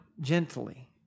gently